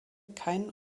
keinen